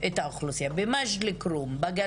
את האוכלוסייה הערבית?